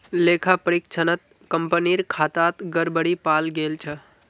लेखा परीक्षणत कंपनीर खातात गड़बड़ी पाल गेल छ